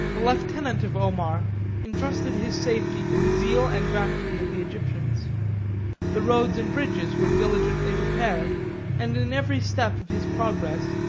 the lieutenant of omar intrusted his safety to the zeal and gratitude of the egyptians the roads and bridges were diligently repaired and in every step of his progress,